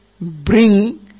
bring